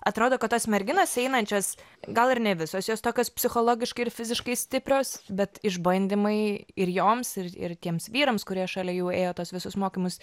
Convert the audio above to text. atrodo kad tos merginos einančios gal ir ne visos jos tokios psichologiškai ir fiziškai stiprios bet išbandymai ir joms ir ir tiems vyrams kurie šalia jų ėjo tuos visus mokymus